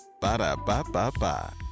Ba-da-ba-ba-ba